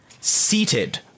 Seated